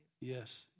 Yes